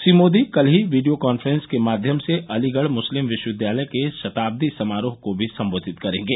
श्री मोदी कल ही video conference के माध्यम से अलीगढ़ मुस्लिम विश्वविद्यालय के शताब्दी समारोह को भी संबोधित करेंगे